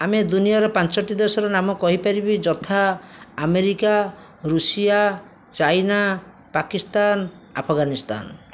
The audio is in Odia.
ଆମେ ଦୁନିଆର ପାଞ୍ଚଟି ଦେଶର ନାମ କହିପାରିବି ଯଥା America Russia China Pakistan Afghanistan